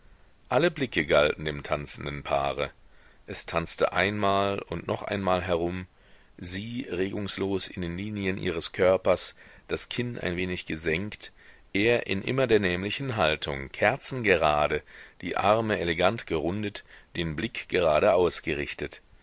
alle blicke galten dem tanzenden paare es tanzte einmal und noch einmal herum sie regungslos in den linien ihres körpers das kinn ein wenig gesenkt er in immer der nämlichen haltung kerzengerade die arme elegant gerundet den blick geradeaus gerichtet